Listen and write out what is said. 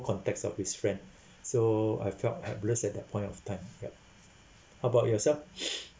contacts of his friend so I felt helpless at that point of time ya how about yourself